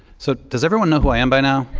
so does everyone know who i am by now?